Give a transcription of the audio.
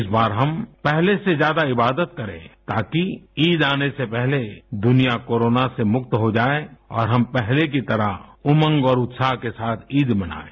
इस बार हम पहले से ज्यादा इबादत करें ताकि ईद आने से पहले दूनिया कोरोना से मुक्त हो जाये और हम पहले की तरह उमंग और उत्साह के साथ ईद मनायें